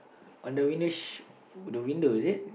on the window sh~ the window is it